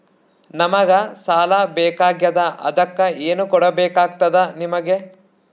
ನಮಗ ಸಾಲ ಬೇಕಾಗ್ಯದ ಅದಕ್ಕ ಏನು ಕೊಡಬೇಕಾಗ್ತದ ನಿಮಗೆ?